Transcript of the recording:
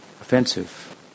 offensive